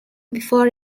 before